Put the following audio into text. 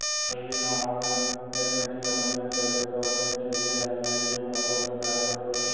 पहिली घौं online net banking ल पंजीयन करबे तौ बेंक के देहे लागिन आईडी अउ पासवर्ड ल डारे बर परथे